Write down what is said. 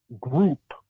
group